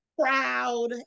Proud